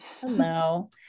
Hello